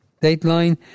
Dateline